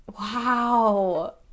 Wow